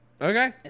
Okay